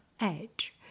edge